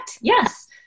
Yes